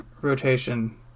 rotation